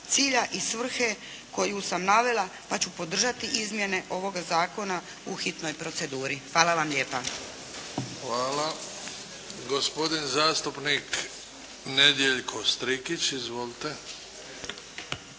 cilja i svrhe koju sam navela pa ću podržati izmjene ovoga Zakona u hitnoj proceduri. Hvala vam lijepa. **Bebić, Luka (HDZ)** Hvala. Gospodin zastupnik Nedjeljko Strikić. Izvolite.